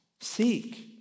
seek